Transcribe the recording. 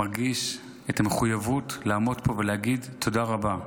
אני מרגיש את המחויבות לעמוד פה ולהגיד תודה רבה.